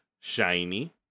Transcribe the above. Shiny